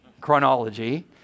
chronology